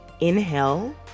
inhale